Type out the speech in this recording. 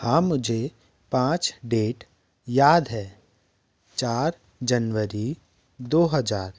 हाँ मुझे पाँच डेट याद है चार जनवरी दो हज़ार